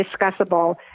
discussable